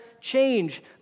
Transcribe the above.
change